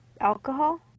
alcohol